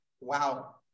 wow